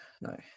no